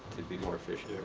to be more efficient.